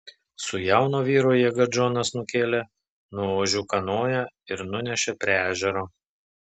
su jauno vyro jėga džonas nukėlė nuo ožių kanoją ir nunešė prie ežero